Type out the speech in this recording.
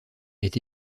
est